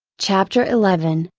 chapter eleven,